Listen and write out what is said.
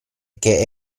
che